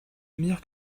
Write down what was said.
meilleur